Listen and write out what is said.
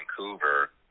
Vancouver